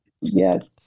Yes